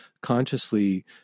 consciously